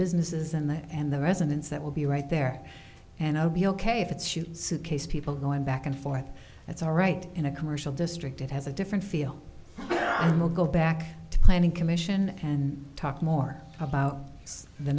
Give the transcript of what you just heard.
businesses and the and the residents that will be right there and i'll be ok if it's you suitcase people going back and forth it's all right in a commercial district it has a different feel will go back to cleaning commission and talk more about the